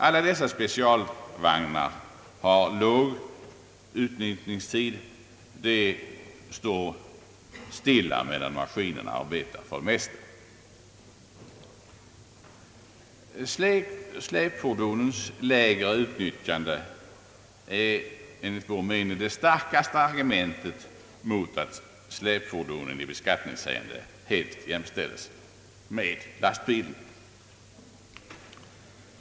Alla dessa specialvagnar har låg utnyttjningstid — de står för det mesta stilla medan maskinen arbetar. Släpfordonens lägre utnyttjande är enligt vår mening det starkaste argumentet mot att släpfordonen i beskattningshänseende jämställs med lastbilen.